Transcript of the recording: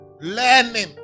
learning